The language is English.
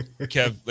Kev